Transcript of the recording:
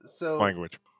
language